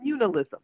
communalism